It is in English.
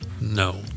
No